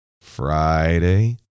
Friday